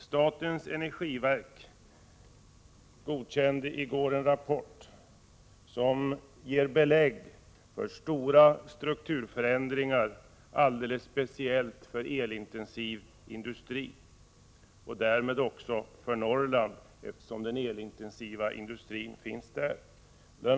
Statens energiverk godkände i går en rapport som ger belägg för att det blir stora strukturförändringar, alldeles speciellt för elintensiv industri och därmed också för Norrland, eftersom den elintensiva industrin finns där. Bl.